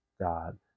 god